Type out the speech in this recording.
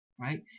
right